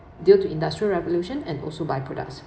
due to industrial revolution and also buy products